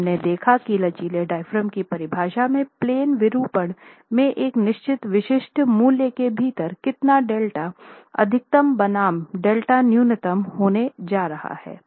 और हमने देखा कि लचीले डायाफ्राम की परिभाषा में प्लेन विरूपण में एक निश्चित विशिष्ट मूल्य के भीतर कितना डेल्टा अधिकतम बनाम डेल्टा न्यूनतम होने जा रहा है